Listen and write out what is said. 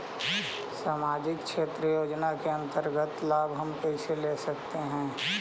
समाजिक क्षेत्र योजना के अंतर्गत लाभ हम कैसे ले सकतें हैं?